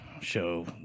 show